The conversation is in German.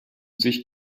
sich